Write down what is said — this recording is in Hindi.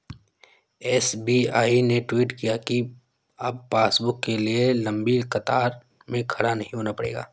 एस.बी.आई ने ट्वीट किया कि अब पासबुक के लिए लंबी कतार में खड़ा नहीं होना पड़ेगा